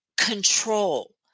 control